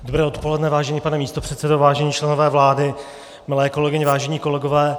Dobré odpoledne, vážený pane místopředsedo, vážení členové vlády, milé kolegyně, vážení kolegové.